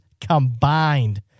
combined